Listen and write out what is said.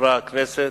חברי הכנסת,